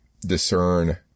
discern